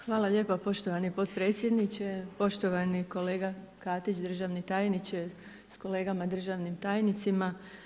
Hvala lijepo poštovani potpredsjedniče, poštovani kolega Katić, državni tajniče, s kolegama državnim tajnicima.